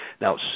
Now